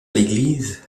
l’église